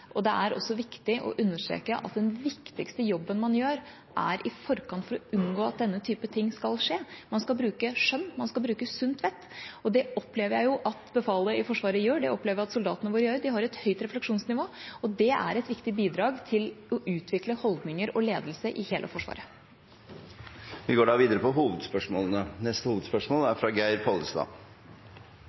Det er også viktig å understreke at den viktigste jobben man gjør, er i forkant for å unngå at denne typen ting skal skje. Man skal bruke skjønn, man skal bruke sunt vett. Det opplever jeg at befalet i Forsvaret gjør, og det opplever jeg at soldatene våre gjør. De har et høyt refleksjonsnivå, og det er et viktig bidrag til å utvikle holdninger og ledelse i hele Forsvaret. Vi går videre til neste hovedspørsmål.